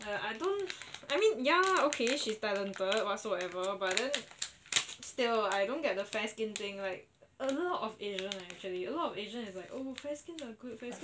I don't I mean ya lah okay she's talented whatsoever but then still I don't get the fair skin thing like a lot of asian eh actually a lot of asian is like oh fair skin are good fair skin are good